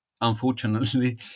Unfortunately